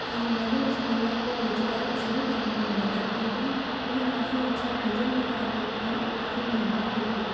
की मैंने उस महिला को रोजगार शुरू करने में मदद की थी वह काफ़ी अच्छा भोजन पकाती थी और काफ़ी मेहनती भी थी